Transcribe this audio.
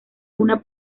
una